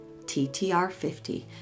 TTR50